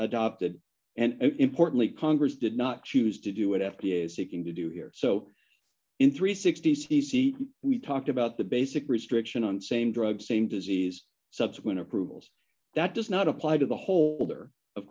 adopted and importantly congress did not choose to do it f d a is seeking to do here so in three sixty's d c we talked about the basic restriction on same drugs same disease subsequent approvals that does not apply to the holder of